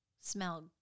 Smell